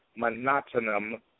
monotonum